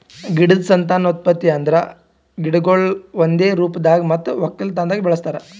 ಗಿಡದ್ ಸಂತಾನೋತ್ಪತ್ತಿ ಅಂದುರ್ ಗಿಡಗೊಳಿಗ್ ಒಂದೆ ರೂಪದಾಗ್ ಮತ್ತ ಒಕ್ಕಲತನದಾಗ್ ಬಳಸ್ತಾರ್